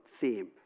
theme